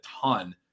ton